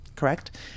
correct